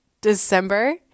December